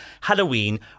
Halloween